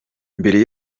mbere